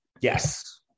yes